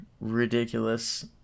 ridiculous